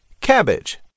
cabbage